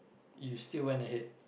you still went ahead